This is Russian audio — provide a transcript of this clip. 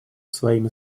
своими